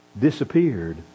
disappeared